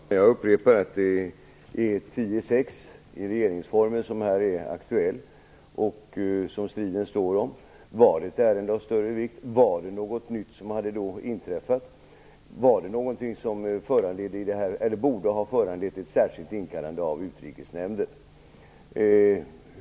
Fru talman! Jag upprepar att det här är 10 kap. 6 § regeringsformen som här är aktuell och som striden står om. Var det fråga om ett ärende av större vikt? Var det något nytt som hade inträffat? Var det något som borde ha föranlett ett särskilt inkallande av Utrikesnämnden?